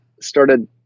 started